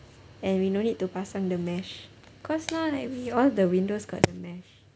and we no need to pasang the mesh cause now like we all the windows got the mesh